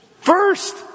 First